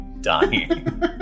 dying